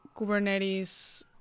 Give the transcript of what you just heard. Kubernetes